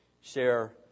share